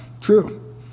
true